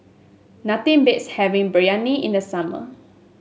nothing beats having Biryani in the summer